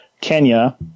Kenya